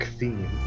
Theme